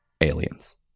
aliens